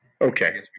Okay